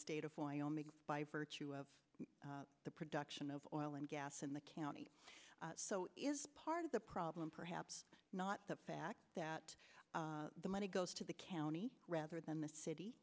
state of wyoming by virtue of the production of oil and gas in the county so is part of the problem perhaps not the fact that the money goes to the county rather than the city